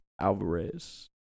Alvarez